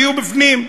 תהיו בפנים.